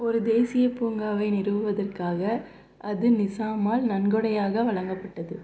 ஒரு தேசியப் பூங்காவை நிறுவுவதற்காக அது நிசாமால் நன்கொடையாக வழங்கப்பட்டது